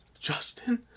Justin